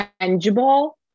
tangible